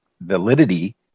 validity